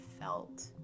felt